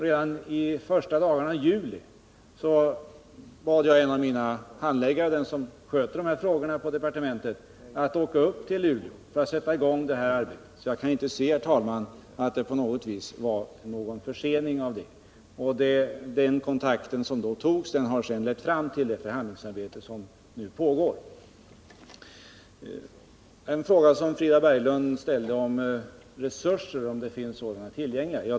Redan första dagarna —; Norrbotten i juli bad jag en av mina handläggare, den person som sköter dessa frågor på departementet, att åka upp till Luleå för att sätta i gång det här arbetet. Jag kan inte se, herr talman, att det på något vis var någon försening. En kontakt som då togs har sedan lett fram till det förhandlingsarbete som nu pågår. Frida Berglund frågar vidare om resurser finns tillgängliga.